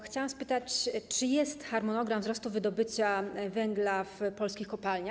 Chciałam spytać, czy jest harmonogram wzrostu wydobycia węgla w polskich kopalniach.